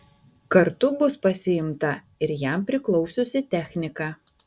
kartu bus pasiimta ir jam priklausiusi technika